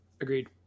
agreed